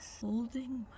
Holding